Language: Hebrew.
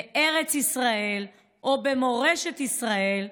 בארץ ישראל או במורשת ישראל,